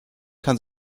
kann